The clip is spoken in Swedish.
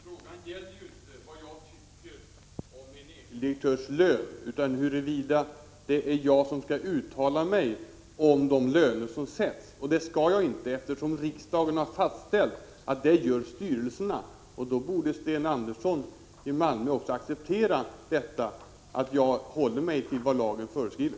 Herr talman! Frågan gäller inte vad jag tycker om en enskild direktörs lön utan huruvida det är jag som skall uttala mig om de löner som sätts, och det skall jag inte. Riksdagen har fastställt att det gör styrelserna. Då borde Sten Andersson i Malmö också acceptera att jag håller mig till vad lagen föreskriver.